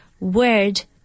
word